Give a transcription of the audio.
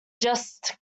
just